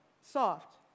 soft